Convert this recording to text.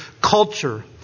culture